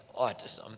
autism